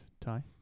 Tie